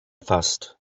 fast